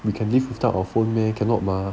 we can live without a phone meh cannot mah